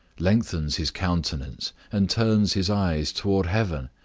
lengthens his countenance, and turns his eyes towards heaven,